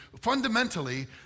fundamentally